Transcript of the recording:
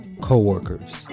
co-workers